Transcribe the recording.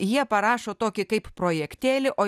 jie parašo tokį kaip projektėlį o